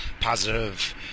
positive